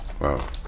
Wow